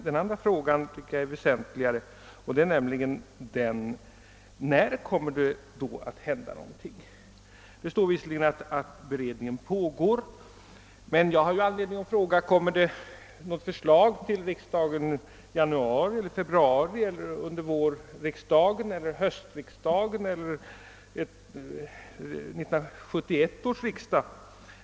Min andra fråga, som är väsentligare, gäller när det i så fall kommer att hända något. Statsrådet säger att beredningen av kommitténs förslag pågår, men jag har anledning fråga om det kommer att framläggas något förslag för riksdagen i januari eller i februari, under vårriksdagen eller under höstriksdagen eller vid 1971 års riksdag.